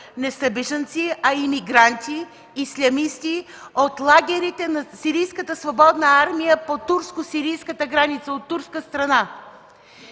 не са бежанци, а имигранти –ислямисти от лагерите на Сирийската свободна армия по турско-сирийската граница от турска страна.